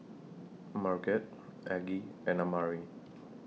Marget Aggie and Amari